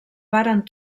varen